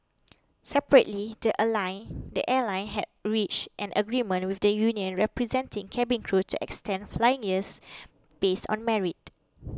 separately the a line the airline has reached an agreement with the union representing cabin crew to extend flying years based on merit